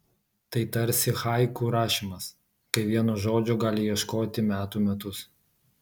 tai tarsi haiku rašymas kai vieno žodžio gali ieškoti metų metus